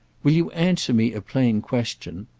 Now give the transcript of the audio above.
will you answer me a plain question?